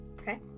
okay